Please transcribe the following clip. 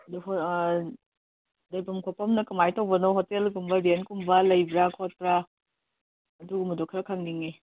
ꯑꯗꯨ ꯍꯣꯏ ꯂꯩꯕꯝ ꯈꯣꯠꯐꯝꯅ ꯀꯃꯥꯏꯅ ꯇꯧꯕꯅꯣ ꯍꯣꯇꯦꯜꯒꯨꯝꯕ ꯔꯦꯟ ꯀꯨꯝꯕ ꯂꯩꯕ꯭ꯔꯥ ꯈꯣꯠꯄ꯭ꯔꯥ ꯑꯗꯨꯒꯨꯝꯕꯗꯣ ꯈꯔ ꯈꯪꯅꯤꯡꯏ